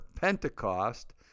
Pentecost